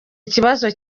ikibazo